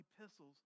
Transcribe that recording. epistles